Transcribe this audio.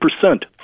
percent